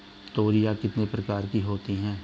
तोरियां कितने प्रकार की होती हैं?